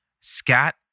scat